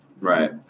Right